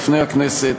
הכנסת,